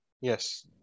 Yes